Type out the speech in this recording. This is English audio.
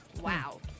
Wow